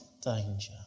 danger